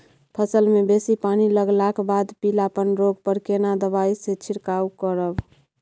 फसल मे बेसी पानी लागलाक बाद पीलापन रोग पर केना दबाई से छिरकाव करब?